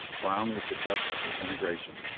brown with the dust of disintegration.